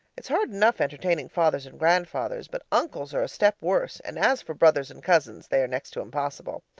it's hard enough entertaining fathers and grandfathers, but uncles are a step worse and as for brothers and cousins, they are next to impossible.